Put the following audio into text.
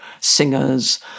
singers